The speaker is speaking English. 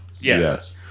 Yes